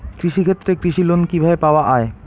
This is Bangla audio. কৃষি ক্ষেত্রে কৃষি লোন কিভাবে পাওয়া য়ায়?